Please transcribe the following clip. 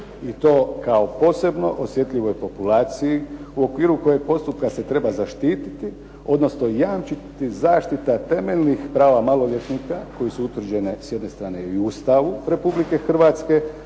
i to kao posebno osjetljivoj populaciji u okviru koje postupka se treba zaštiti, odnosno jamčiti zaštita temeljnih prava maloljetnika koji su utvrđene s jedne strane i u Ustavu Republike Hrvatske,